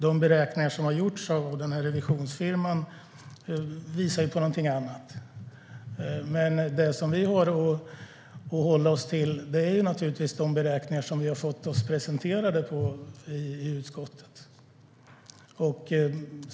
De beräkningar som har gjorts av revisionsbyrån visar på någonting annat, men det som vi har att hålla oss till är de beräkningar som vi har fått presenterade för oss i utskottet.